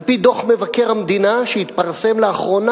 על-פי דוח מבקר המדינה שהתפרסם לאחרונה,